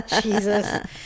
Jesus